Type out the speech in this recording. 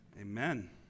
amen